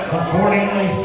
accordingly